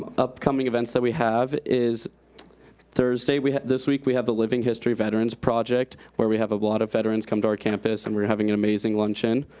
upcoming events that we have is thursday this week, we have the living history veterans project, where we have a lot of veterans come to our campus and we're having an amazing luncheon.